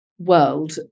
world